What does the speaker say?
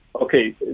Okay